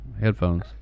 headphones